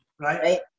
Right